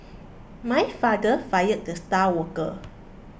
my father fired the star worker